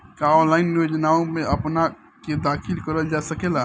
का ऑनलाइन योजनाओ में अपना के दाखिल करल जा सकेला?